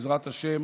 בעזרת השם,